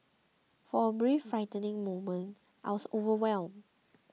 for a brief frightening moment I was overwhelmed